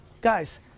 Guys